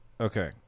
okay